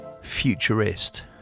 Futurist